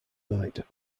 night